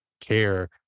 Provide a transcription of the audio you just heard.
care